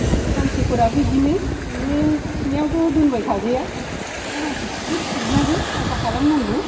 आरो हांसोफोराबो बिदिनो नोङो खिनायावथ' दोनबाय थाजाया नों हांसो खिखौ सिबनांगौ साफा खालामनांगौ